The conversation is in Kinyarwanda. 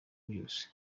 byose